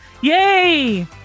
Yay